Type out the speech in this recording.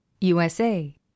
USA